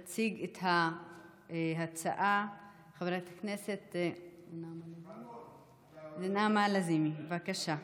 תציג את ההצעה חברת הכנסת נעמה לזימי, בבקשה.